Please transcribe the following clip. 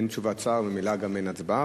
אין תשובת שר וממילא גם אין הצבעה.